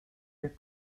der